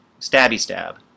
stabby-stab